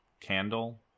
Candle